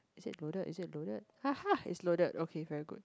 is it loaded is it loaded ha ha it's loaded okay very good